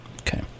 Okay